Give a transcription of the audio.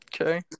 Okay